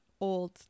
old